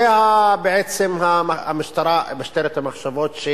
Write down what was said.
זה בעצם משטרת המחשבות.